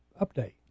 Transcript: update